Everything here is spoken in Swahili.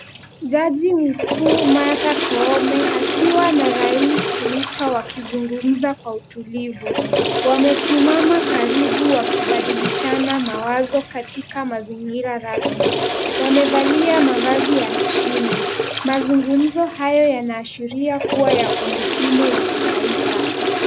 Jaji mkuu Martha Koome akiwa na rais Ruto wakizungumza kwa utulivu. Wamesimama karibu wakibadilishana mawazo katika mazingira rasmi. Wamevalia mavazi ya heshima. Mazungumzo hayo yanaashiria kuwa ya umuhimu wa kitaifa.